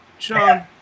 Sean